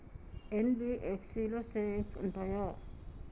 NBFC లో savings ఉంటయా?